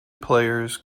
players